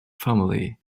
family